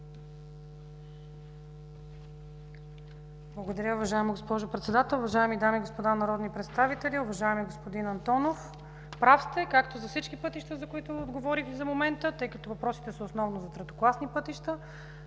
Благодаря. Уважаема госпожо Председател, уважаеми дами и господа народни представители, уважаеми господин Антонов! Прав сте, както за всички пътища, за които отговорих до момента – въпросите основно са за третокласни пътища,